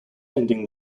ending